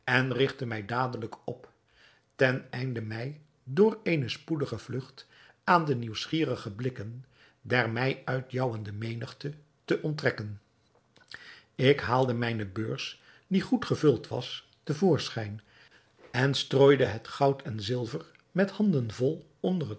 rigtte mij dadelijk op ten einde mij door eene spoedige vlugt aan de nieuwsgierige blikken der mij uitjouwende menigte te onttrekken ik haalde mijne beurs die goed gevuld was te voorschijn en strooide het goud en zilver met handen vol onder het